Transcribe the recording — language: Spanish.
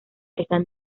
están